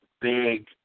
big